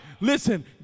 listen